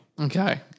Okay